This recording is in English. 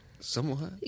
Somewhat